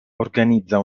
organizza